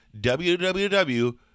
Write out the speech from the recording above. www